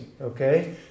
okay